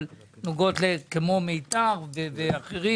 אבל נוגעות למקומות כמו מיתר ואחרים.